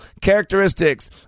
characteristics